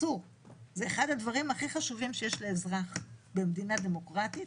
זה אחד הדברים הכי חשובים שיש לאזרח במדינה דמוקרטית,